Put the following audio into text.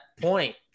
point